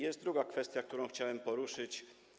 Jest też druga kwestia, którą chciałem poruszyć.